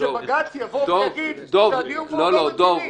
שבג"ץ יבוא ויגיד שהדיון לא רציני -- דב,